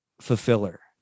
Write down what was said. fulfiller